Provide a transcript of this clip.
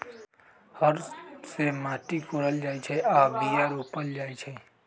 हर से माटि कोरल जाइ छै आऽ बीया रोप्ल जाइ छै